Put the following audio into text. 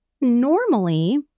normally